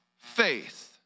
faith